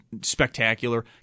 spectacular